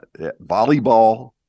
volleyball